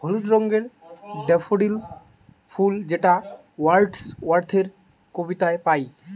হলুদ রঙের ডেফোডিল ফুল যেটা ওয়ার্ডস ওয়ার্থের কবিতায় পাই